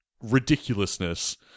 ridiculousness